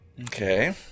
okay